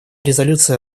резолюция